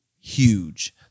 huge